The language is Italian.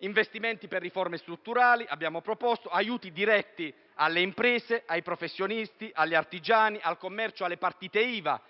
investimenti per riforme strutturali, aiuti diretti alle imprese, ai professionisti, agli artigiani, al commercio e alle partite IVA.